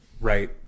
Right